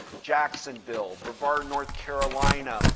jacksonville, brevard, north carolina,